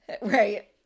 right